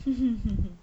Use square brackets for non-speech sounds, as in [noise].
[laughs]